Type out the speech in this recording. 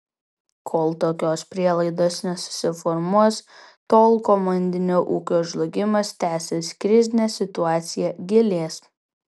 kol tokios prielaidos nesusiformuos tol komandinio ūkio žlugimas tęsis krizinė situacija gilės